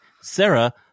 Sarah